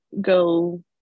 go